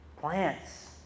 plants